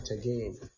again